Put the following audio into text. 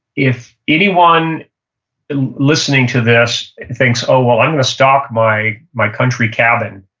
if anyone listening to this thinks, oh. well, i'm going to stock my my country cabin,